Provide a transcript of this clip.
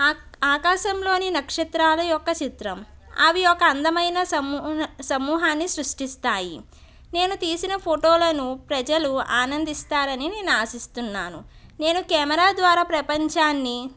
ఆ ఆకాశంలోని నక్షత్రాల యొక్క చిత్రం అవి ఒక అందమైన సమూహ సమూహాన్ని సృష్టిస్తాయి నేను తీసిన ఫోటోలను ప్రజలు ఆనందిస్తారని నేను ఆశిస్తున్నాను నేను కెమెరా ద్వారా ప్రపంచాన్ని